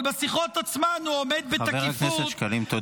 -- אבל בשיחות עצמן הוא עומד בתקיפות -- חבר הכנסת שקלים,